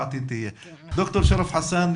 ד"ר שרף חסן,